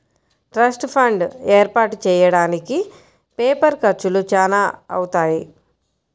trust fund ఏర్పాటు చెయ్యడానికి paper ఖర్చులు చానా అవుతాయి